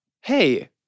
hey